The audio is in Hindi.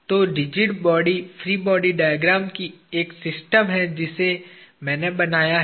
तो rigid body free body diagram की एक सिस्टम है जिसे मैंने बनाया है